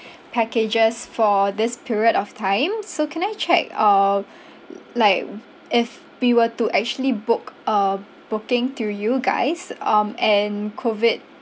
packages for this period of time so can I check uh like if we were to actually book a booking through you guys um and COVID